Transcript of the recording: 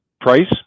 price